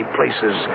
places